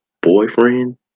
boyfriend